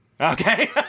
Okay